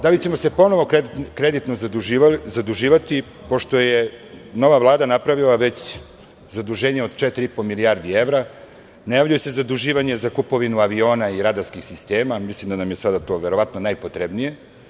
Da li ćemo se ponovo kreditno zaduživati, pošto je nova Vlada napravila zaduženje od 4,5 milijardi evra, najavljuju se zaduživanja za kupovinu aviona i radarskih sistema i mislim da nam je sada to najpotrebnije.